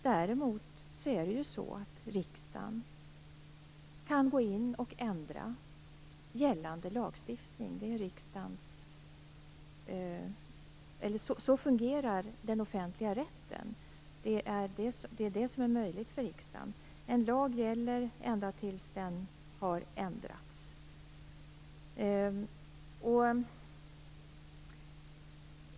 Däremot kan riksdagen ändra gällande lagstiftning. Så fungerar den offentliga rätten. En lag gäller ända tills den har ändrats av riksdagen.